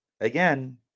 again